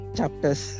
Chapters